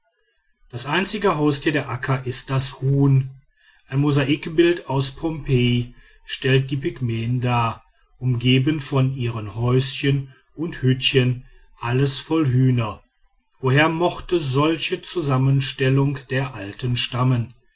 das einzige haustier der akka ist das huhn ein mosaikbild aus pompeji stellt die pygmäen dar umgeben von ihren häuschen und hüttchen alles voll hühner woher mochte solche zusammenstellung der alten stammen